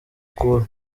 cool